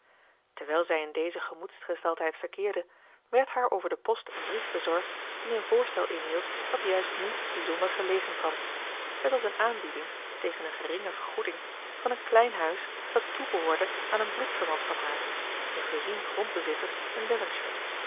terwijl zij in deze gemoedsgesteldheid verkeerde werd haar over de post een brief bezorgd die een voorstel inhield dat juist nu bijzonder gelegen kwam het was een aanbieding tegen een geringe vergoeding van een klein huis dat toebehoorde aan een bloedverwant van haar een gezien grondbezitter in